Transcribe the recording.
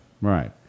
Right